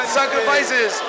sacrifices